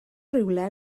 rhywle